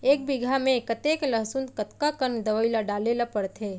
एक बीघा में कतेक लहसुन कतका कन दवई ल डाले ल पड़थे?